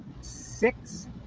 six